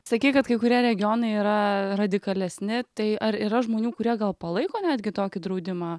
sakei kad kai kurie regionai yra radikalesni tai ar yra žmonių kurie gal palaiko netgi tokį draudimą